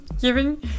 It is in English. giving